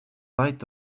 light